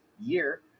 year